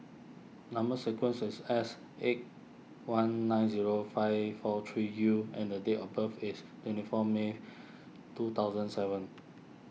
Number Sequence is S eight one nine zero five four three U and a date of birth is twenty four May two thousand seven